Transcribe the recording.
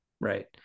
Right